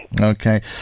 Okay